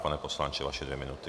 Pane poslanče, vaše dvě minuty.